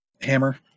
hammer